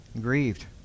grieved